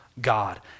God